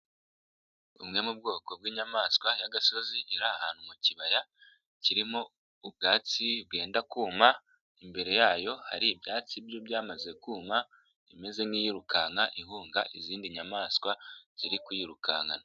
Bumwe mu bwoko bw'inyamaswa y'agasozi iri ahantu mu kibaya kirimo ubwatsi bwenda kuma, imbere yayo hari ibyatsi byo byamaze kuma, imeze nk'iyirukanka ihunga izindi nyamaswa, ziri kuyirukankana.